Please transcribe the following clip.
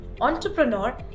entrepreneur